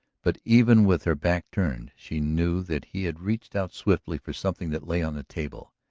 but, even with her back turned, she knew that he had reached out swiftly for something that lay on the table,